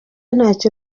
ntacyo